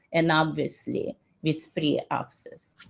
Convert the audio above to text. and obviously with free access.